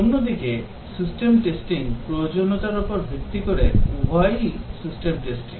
অন্যদিকে system testing প্রয়োজনীয়তার উপর ভিত্তি করে উভয়ই সিস্টেম টেস্টিং